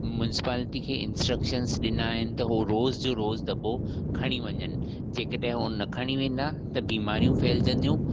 municipality खे instructions ॾिना आहिनि त हू रोज़ु जो रोज़ु दॿो खणी वञनि जे कॾहिं हू न खणी वेंदा त बीमारियूं फहिलिजंदियूं